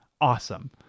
awesome